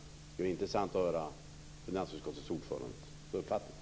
Det skall bli intressant att få höra finansutskottets ordförandes uppfattning.